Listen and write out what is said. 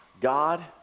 God